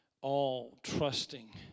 all-trusting